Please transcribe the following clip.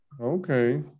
Okay